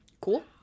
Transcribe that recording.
Cool